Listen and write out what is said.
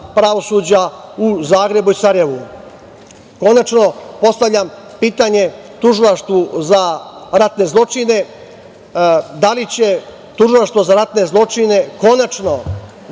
u Zagrebu i Sarajevu? Konačno, postavljam pitanje Tužilaštvu za ratne zločine – da li će Tužilaštvo za ratne zločine konačno